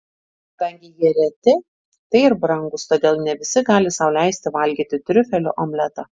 kadangi jie reti tai ir brangūs todėl ne visi gali sau leisti valgyti triufelių omletą